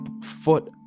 foot